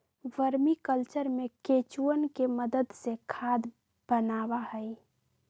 vermi culture में केंचुवन के मदद से खाद बनावा हई